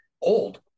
old